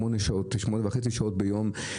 שמונה וחצי שעות ביום,